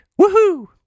Woohoo